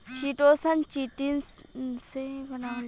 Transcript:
chitosan, chitin से बनावल जाला